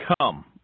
Come